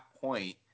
point